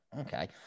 okay